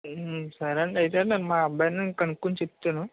సరే అండి అయితే నేను మా అబ్బాయిని కనుక్కోని చెప్తాను